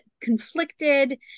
conflicted